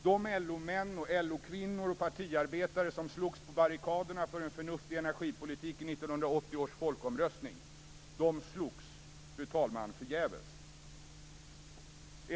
De LO-män och LO-kvinnor och partiarbetare som slogs på barrikaderna för en förnuftig energipolitik i 1980 års folkomröstning slogs förgäves.